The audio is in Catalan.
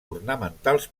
ornamentals